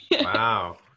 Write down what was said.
wow